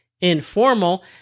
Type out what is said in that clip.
informal